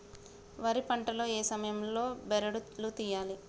వరి పంట లో ఏ సమయం లో బెరడు లు తియ్యాలి?